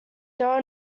there